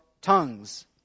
tongues